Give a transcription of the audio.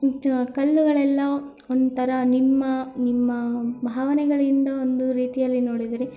ಜಾ ಕಲ್ಲುಗಳೆಲ್ಲ ಒಂಥರ ನಿಮ್ಮ ನಿಮ್ಮ ಭಾವನೆಗಳಿಂದ ಒಂದು ರೀತಿಯಲ್ಲಿ ನೋಡಿದಿರಿ